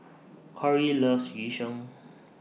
Corrie loves Yu Sheng